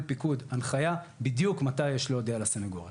פיקוד הנחיה בדיוק מתי יש להודיע לסנגוריה.